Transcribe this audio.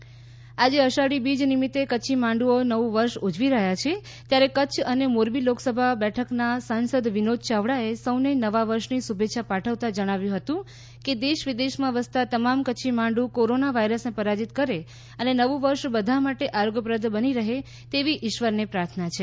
કચ્છી નવ વર્ષ આજે અષાઢી બીજ નિમિત્તે કચ્છી માંડુઓ નવું વર્ષ ઉજવી રહ્યા છે ત્યારે કચ્છ અને મોરબી લોકસભા બેઠકના સાંસદ વિનોદ ચાવડાએ સૌને નવા વર્ષની શુભેચ્છા પાઠવતાં જણાવ્યું હતું કે દેશ વિદેશમાં વસતાં તમામ કચ્છી માંડુ કોરોના વાયરસને પરાજીત કરે અને નવું વર્ષ બધા માટે આરોગ્યપ્રદ બની રહે તેવી ઇશ્વરને પ્રાર્થના છે